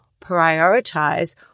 prioritize